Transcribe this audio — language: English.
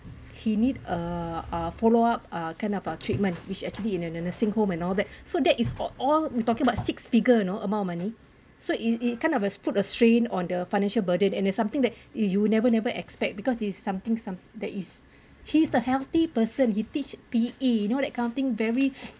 he need a a follow up uh kind of a treatment which actually in a nur~ nursing home and all that so that is all all we talking about six figure you know amount of money so it's it kind of put a strain on the financial burden and it's something that you never never expect because this is something some that is he's the healthy person he teach P_E you know that kind of thing very